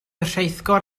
rheithgor